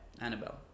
Annabelle